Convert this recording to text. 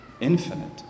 infinite